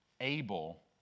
able